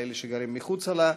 לאלה שגרים מחוצה לה,